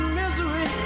misery